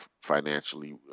financially